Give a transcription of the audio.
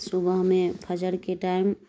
صبح میں فجر کے ٹائم